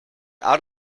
out